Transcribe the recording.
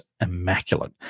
immaculate